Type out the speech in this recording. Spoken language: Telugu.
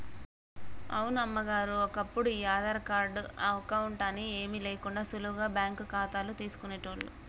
అవును అమ్మగారు ఒప్పుడు ఈ ఆధార్ కార్డు అకౌంట్ అని ఏమీ లేకుండా సులువుగా బ్యాంకు ఖాతాలు తీసుకునేటోళ్లు